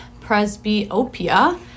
presbyopia